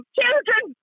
children